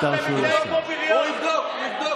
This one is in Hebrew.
הוא יבדוק, הוא יבדוק.